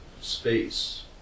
space